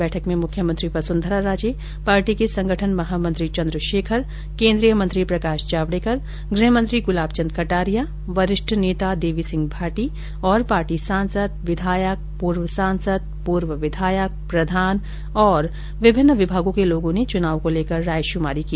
बैठक में मुख्यमंत्री वसुंधरा राजे पार्टी के संगठन महामंत्री चन्द्रशेखर केन्द्रीय मंत्री प्रकाश जावड़ेकर गृह मंत्री गुलाब चंद कटारिया वरिष्ठ नेता देवी सिंह भाटी तथा पार्टी सांसद विधायक पूर्व सांसद पूर्व विधायक प्रधान तथा पार्टी के विभिन्न विभागों के लोगों ने चुनाव को लेकर रायशुमारी की